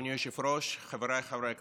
אדוני היושב-ראש, חבריי חברי הכנסת,